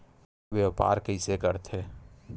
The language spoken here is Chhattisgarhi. व्यापार कइसे करथे?